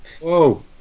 whoa